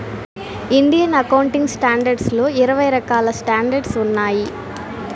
Indian accounting standards లో ఇరవై రకాల స్టాండర్డ్స్ ఉన్నాయి